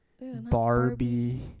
Barbie